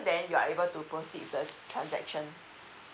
then you are able to proceed the transaction